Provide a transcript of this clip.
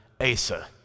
Asa